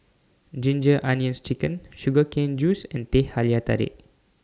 Ginger Onions Chicken Sugar Cane Juice and Teh Halia Tarik